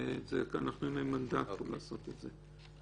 אנחנו נותנים להם מנדט לעשות את זה.